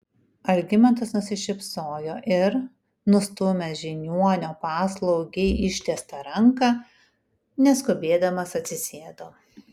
algimantas nusišypsojo ir nustūmęs žiniuonio paslaugiai ištiestą ranką neskubėdamas atsisėdo